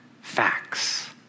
facts